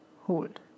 hold